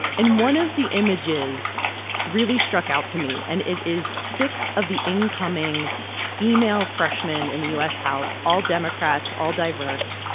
and one of the images really struck out to me, and it is six of the incoming female freshmen in the u s. house, all democrats, all diverse.